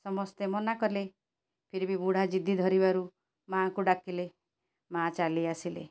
ସମସ୍ତେ ମନା କଲେ ଫିରବି ବୁଢ଼ା ଜିଦି ଧରିବାରୁ ମାଆଙ୍କୁ ଡାକିଲେ ମାଆ ଚାଲିଆସିଲେ